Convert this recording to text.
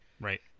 Right